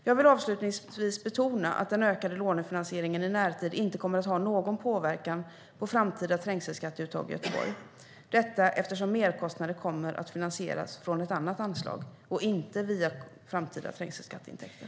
Jag vill avslutningsvis betona att den ökade lånefinansieringen i närtid inte kommer att ha någon påverkan på framtida trängselskatteuttag i Göteborg - detta eftersom merkostnader kommer att finansieras från ett annat anslag och inte via framtida trängselskatteintäkter.